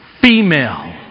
female